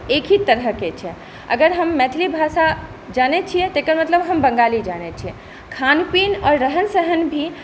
एके तरहके छै अगर हम मैथिली भाषा जानै छिए तँ एकर मतलब हम बङ्गाली जानै छिए खानपीन आओर रहनसहन भी